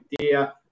idea